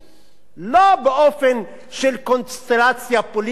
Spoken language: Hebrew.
באופן של קונסטלציה פוליטית פה או שם.